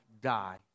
die